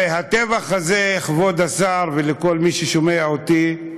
והטבח הזה, כבוד השר וכל מי ששומע אותי,